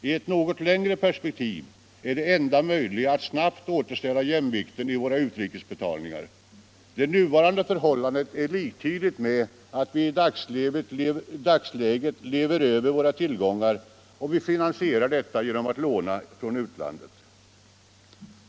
I ett något längre perspektiv är det enda tänkbara att snabbt återställa jämvikten i våra utrikesbetalningar. Det nuvarande förhållandet är liktydigt med att vi i dagsläget lever över våra tillgångar och finansierar detta genom att låna från utlandet.